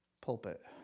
pulpit